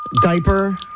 Diaper